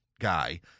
guy